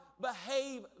behave